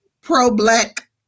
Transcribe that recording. pro-Black